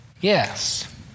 Yes